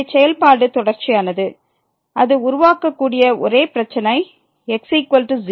எனவே செயல்பாடு தொடர்ச்சியானது அது உருவாக்கக்கூடிய ஒரே பிரச்சனை x0 ல்